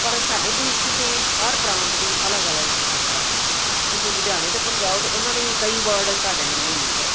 ਪਰ ਸਾਡੇ ਦੇਸ਼ 'ਚ ਤਾਂ ਹਰ ਪ੍ਰਾਂਤ ਦੀ ਅਲੱਗ ਅਲੱਗ ਭਾਸ਼ਾ ਹੈਗੀ ਆ ਤੁਸੀਂ ਲੁਧਿਆਣੇ ਤੱਕ ਜਾਓ ਤਾਂ ਉਹਨਾਂ ਦੇ ਵੀ ਕਈ ਵਰਡ ਤੁਹਾਡੇ ਨਾਲ ਨਹੀਂ ਮਿਲਦੇ